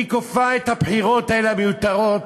היא כופה את הבחירות האלה, המיותרות,